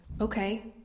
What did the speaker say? okay